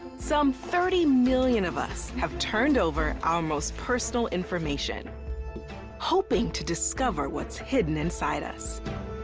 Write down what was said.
some thirty million of us have turned over our most personal information hoping to discover what's hidden inside us.